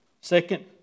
Second